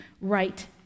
right